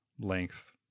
length